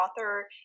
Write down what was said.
author